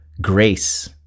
grace